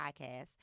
podcast